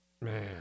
Man